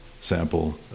Sample